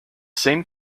same